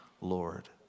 Lord